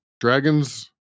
Dragon's